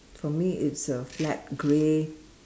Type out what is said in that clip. for me it's a flat grey